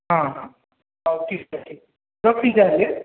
ହଁ ହଉ ଠିକ୍ ଅଛି ରଖିଲି ତା'ହେଲେ